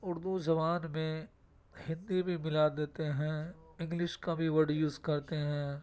اردو زبان میں ہندی بھی ملا دیتے ہیں انگلش کا بھی ورڈ یوز کرتے ہیں